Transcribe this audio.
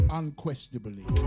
unquestionably